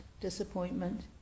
disappointment